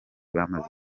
bamaze